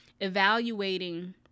evaluating